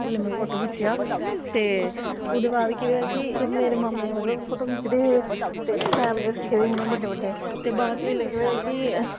ओल्लै में फोटो खिच्चेआ ते ओह्दे बाद केह् मेरे मामूं फोटो खिचदे हे ते कैमरे रक्खे दे हे उनें बड्डे बड्डे